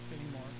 anymore